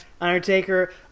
Undertaker